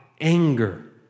anger